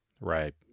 right